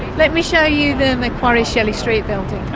let me show you the macquarie shelley street building.